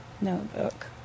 notebook